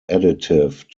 additive